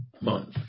month